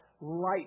light